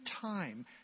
time